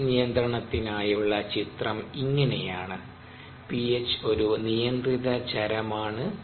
pH നിയന്ത്രണത്തിനായുള്ള ചിത്രം ഇങ്ങനെയാണ് പിഎച്ച് ഒരു നിയന്ത്രിത ചരമാണ്